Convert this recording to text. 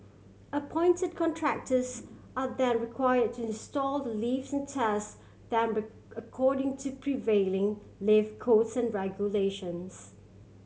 appointed contractors are then require to install the lifts and test them according to prevailing lift codes and regulations